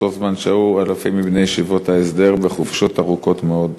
ובאותו הזמן שהו אלפים מבני ישיבות ההסדר בחופשות ארוכות מאוד.